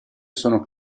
sono